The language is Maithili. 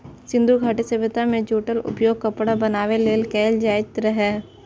सिंधु घाटी सभ्यता मे जूटक उपयोग कपड़ा बनाबै लेल कैल जाइत रहै